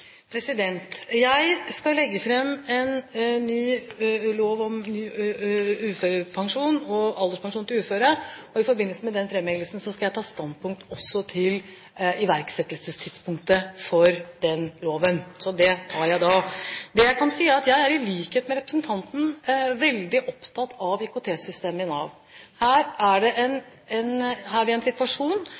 Jeg skal legge fram et lovforslag om ny uførepensjon og alderspensjon til uføre, og i forbindelse med den fremleggelsen skal jeg også ta standpunkt til iverksettelsestidspunktet for loven. Så det tar jeg da. Det jeg kan si, er at jeg er i likhet med representanten veldig opptatt av IKT-systemet i Nav. Her er vi i en